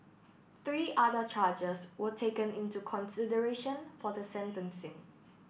three other charges were taken into consideration for the sentencing